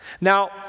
Now